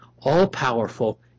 all-powerful